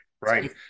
right